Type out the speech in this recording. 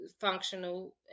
functional